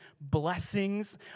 blessings